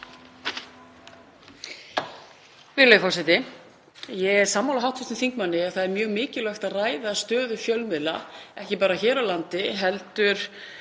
forseti. Ég er sammála hv. þingmanni að það er mjög mikilvægt að ræða stöðu fjölmiðla, ekki bara hér á landi heldur